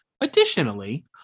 Additionally